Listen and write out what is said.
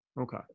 Okay